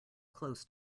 close